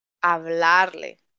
hablarle